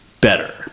better